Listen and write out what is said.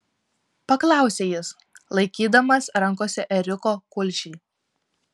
paklausė jis laikydamas rankose ėriuko kulšį